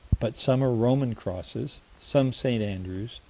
but some are roman crosses, some st. andrew's,